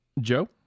Joe